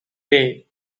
day